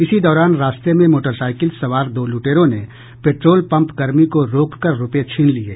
इसी दौरान रास्ते में मोटरसाइकिल सवार दो लुटेरों ने पेट्रोल पंप कर्मी को रोक कर रूपये छीन लिये